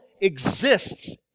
exists